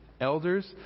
elders